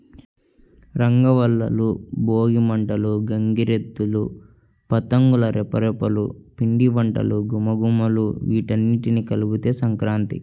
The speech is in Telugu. రంగవల్లులు, భోగి మంటలు, గంగిరెద్దులు, పతంగుల రెపరెపలు, పిండివంటల ఘుమఘుమలు వీటన్నింటి కలబోతే సంక్రాంతి